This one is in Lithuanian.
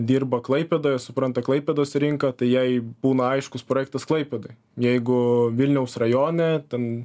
dirba klaipėdoje supranta klaipėdos rinką tai jei būna aiškus projektas klaipėdoj jeigu vilniaus rajone ten